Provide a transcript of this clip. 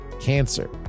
cancer